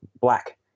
black